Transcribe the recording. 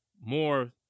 more